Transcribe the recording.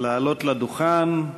לעלות לדוכן.